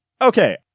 Okay